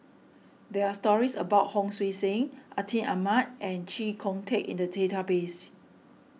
there are stories about Hon Sui Sen Atin Amat and Chee Kong Tet in the database